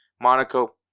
Monaco